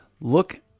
look